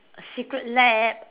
secret lab